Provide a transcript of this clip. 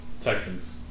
Texans